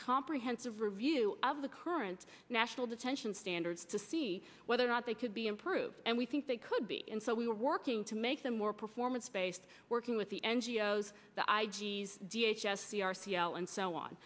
comprehensive review of the current national detention standards to see whether or not they could be improved and we think they could be and so we are working to make them more performance based working with the n g o s the i g f v h s the r c l and so on